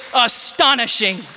astonishing